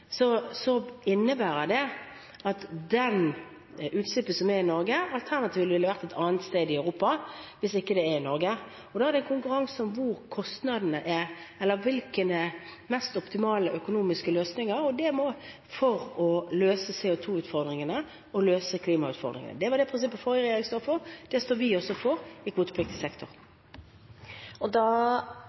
så innebærer det de utslippene som er i Norge. Alternativet ville vært et annet sted i Europa, hvis det ikke er i Norge, og da er det konkurranse om de mest optimale økonomiske løsninger for å løse CO2-utfordringene og klimautfordringene. Det var det prinsippet den forrige regjeringen sto for, og det står vi også for i kvotepliktig sektor. Da